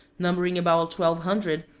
numbering about twelve hundred,